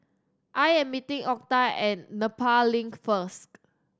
I am meeting Octa at Nepal Link first